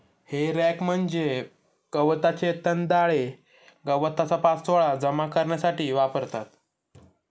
हे रॅक म्हणजे गवताचे दंताळे गवताचा पाचोळा जमा करण्यासाठी वापरतात